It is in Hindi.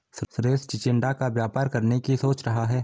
सुरेश चिचिण्डा का व्यापार करने की सोच रहा है